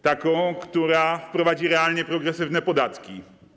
Taką, która wprowadzi realnie progresywne podatki.